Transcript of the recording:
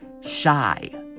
shy